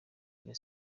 rayon